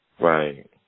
Right